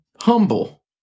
humble